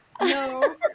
no